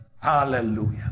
Hallelujah